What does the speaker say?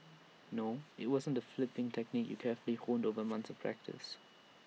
no IT wasn't the flipping technique you carefully honed over months of practice